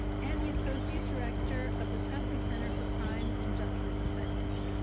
and the associate director of the presley center for crime and justice studies.